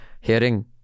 hearing